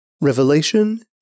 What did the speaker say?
Revelation